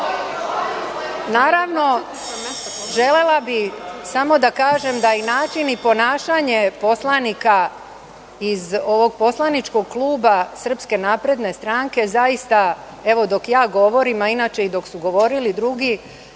stranaka. Naravno, želela bih samo da kažem da i način i ponašanje poslanika iz ovog poslaničkog kluba SNS zaista, evo dok ja govorim, a inače i dok su govorili drugi,